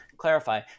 clarify